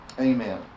Amen